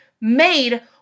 made